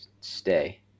stay